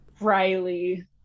riley